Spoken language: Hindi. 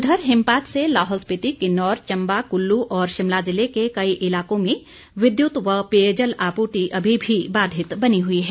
उधर हिमपात से लाहौल स्पीति किन्नौर चंबा कुल्लू और शिमला जिले के कई इलाकों में विद्युत व पेयजल आप्रर्ति अभी भी बाधित बनी हई है